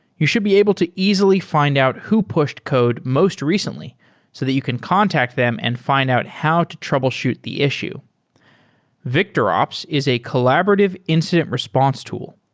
you should be able to easily fi nd out who pushed code most recently so that you can contact them and fi nd out how to troubleshoot the issue victorops is a collaborative incident response tool.